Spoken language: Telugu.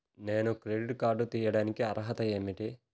నేను క్రెడిట్ కార్డు తీయడానికి అర్హత ఏమిటి?